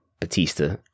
Batista